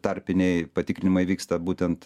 tarpiniai patikrinimai vyksta būtent